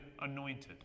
anointed